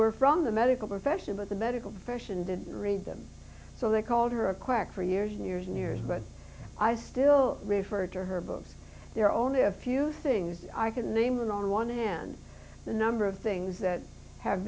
were from the medical profession but the medical profession didn't read them so they called her a quack for years and years and years but i still refer to her books there are only a few things i can name and on one hand the number of things that have